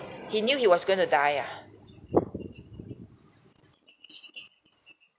he knew he was going to die ah